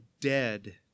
dead